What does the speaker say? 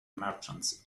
merchant